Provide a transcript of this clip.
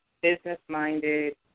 business-minded